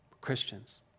Christians